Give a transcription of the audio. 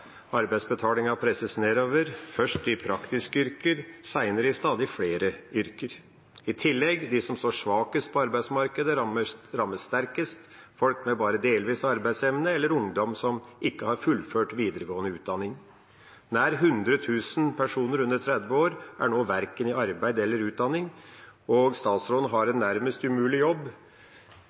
Arbeidsbetalingen presses nedover, først i praktiske yrker, seinere i stadig flere yrker. I tillegg rammes de som står svakest på arbeidsmarkedet, sterkest – folk med bare delvis arbeidsevne eller ungdom som ikke har fullført videregående utdanning. Nær 100 000 personer under 30 år er nå verken i arbeid eller i utdanning, og statsråden har en nærmest umulig jobb.